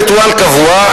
בריטואל קבוע,